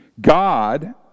God